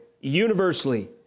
universally